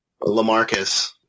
Lamarcus